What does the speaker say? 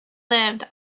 lived